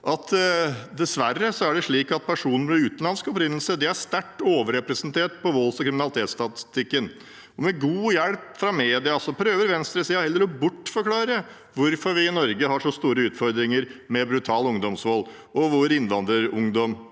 dessverre er slik at personer med utenlandsk opprinnelse er sterkt overrepresentert på volds- og kriminalitetsstatistikken. Med god hjelp fra mediene prøver venstresiden heller å bortforklare hvorfor vi i Norge har så store utfordringer med brutal ungdomsvold, hvor innvandrerungdom